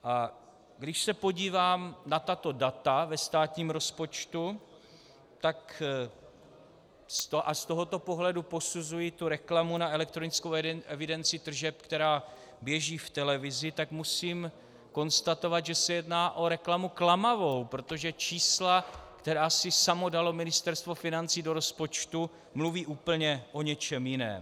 A když se podívám na tato data ve státním rozpočtu a z tohoto pohledu posuzuji reklamu na elektronickou evidenci tržeb, která běží v televizi, tak musím konstatovat, že se jedná o reklamu klamavou, protože čísla, která si dalo samo Ministerstvo financí do rozpočtu, mluví úplně o něčem jiném.